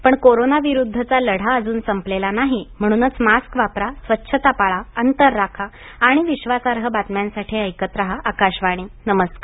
पण कोरोनाविरुद्धचा लढा अजून संपलेला नाही म्हणूनच मास्क वापरा स्वच्छता पाळा अंतर राखा आणि विश्वासार्ह बातम्यांसाठी ऐकत राहा आकाशवाणी नमस्कार